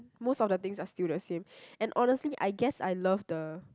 most of the things are still the same and honestly I guess I love the